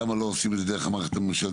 למה לא עושים את זה דרך המערכת הממשלתית